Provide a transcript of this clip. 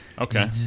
Okay